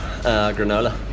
Granola